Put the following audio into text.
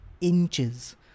inches